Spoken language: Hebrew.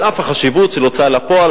על אף החשיבות של ההוצאה לפועל,